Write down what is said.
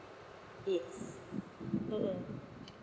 yes mm mm